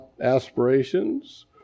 aspirations